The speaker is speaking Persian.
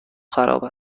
خراب